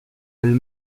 elle